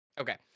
Okay